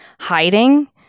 hiding